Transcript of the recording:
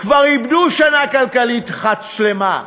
כבר איבדו שנה כלכלית אחת שלמה.